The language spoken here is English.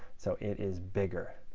so it is bigger.